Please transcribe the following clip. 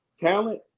talent